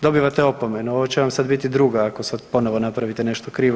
Dobivate opomenu, ovo će vam sad biti druga ako sad ponovo napravite nešto krivo.